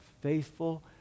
faithful